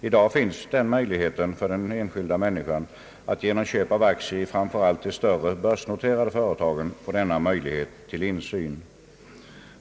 I dag finns möjligheten för den enskilda människan att genom köp av aktier i framför allt de större, börsnoterade företagen få denna insyn.